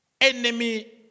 Enemy